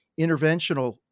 interventional